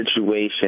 situation